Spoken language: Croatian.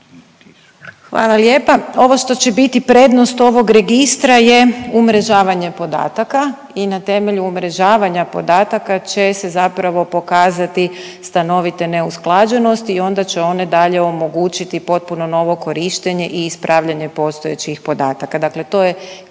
Hvala lijepa. Ovo što će biti prednost ovog registra je umrežavanje podataka i na temelju umrežavanja podataka će se zapravo pokazati stanovite neusklađenosti i onda će one dalje omogućiti potpuno novo korištenje i ispravljanje postojećih podataka,